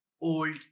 old